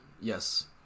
Yes